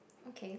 okay